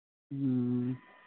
ꯎꯝ